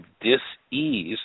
dis-ease